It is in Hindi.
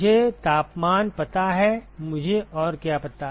मुझे तापमान पता है मुझे और क्या पता